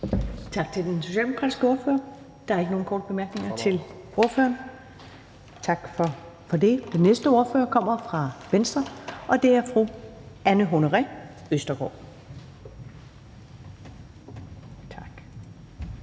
Tak til den socialdemokratiske ordfører. Der er ikke nogen korte bemærkninger til ordføreren. Den næste ordfører kommer fra Venstre, og det er fru Anne Honoré Østergaard. Kl.